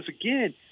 again